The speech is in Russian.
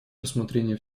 рассмотрение